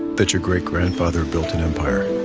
that your great grandfather built an empire,